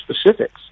specifics